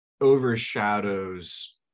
overshadows